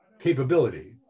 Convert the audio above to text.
capability